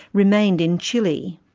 remained in chile.